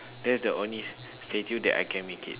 that's the only schedule that I can make it